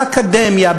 באקדמיה,